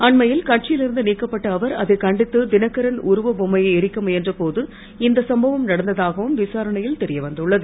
அண்மையில் கட்சியில் இருந்து நீக்கப்பட்ட அவர் அதை கண்டித்து தினகரன் உருவ பொம்மையை எரிக்க முயன்ற போது இந்த சம்பவம் நடந்ததாகவும் விசாரணையில் தெரியவந்துள்ளது